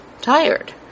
tired